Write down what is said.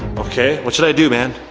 okay, what should i do, man?